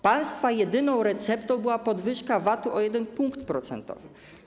Państwa jedyną receptą była podwyżka VAT-u o 1 punkt procentowy.